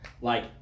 like-